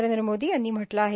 नरेंद्र मोदी यांनी म्हटलं आहे